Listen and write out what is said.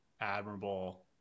admirable